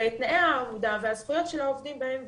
ואת תנאי העבודה והזכויות של העובדים בהם,